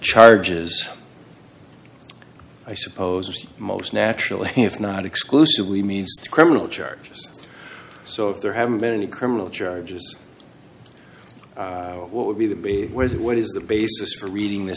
charges i suppose most naturally if not exclusively means criminal charges so if there haven't been any criminal charges what would be the be where what is the basis for reading th